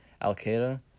Al-Qaeda